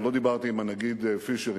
אני לא דיברתי עם הנגיד פישר,